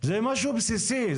זה משהו בסיסי.